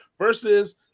versus